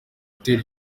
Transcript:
gutera